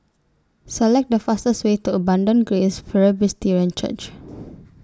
Select The fastest Way to Abundant Grace Presbyterian Church